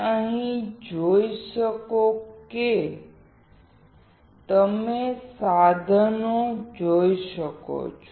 અહીં તમે સાધનો જોઈ શકો છો